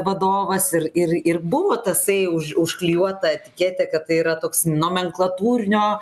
vadovas ir ir ir buvo tasai už užklijuota etiketė kad tai yra toks nomenklatūrinio